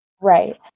Right